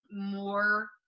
more